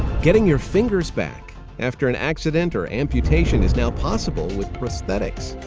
getting your fingers back after an accident or amputation is now possible with prosthetics.